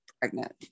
pregnant